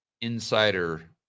insider